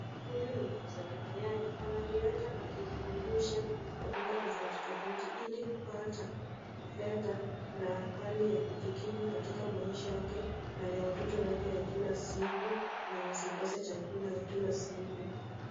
Huyu ni muuzaji mayai anazileta akizizungusha kwa duka tofauti tofauti ili kupata fedha na hali ya kujikimu katika maisha yake na ya watoto wake ya kila siku na wasikose chakula ya kila siku.